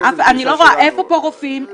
אני לא רואה איפה פה רופאים,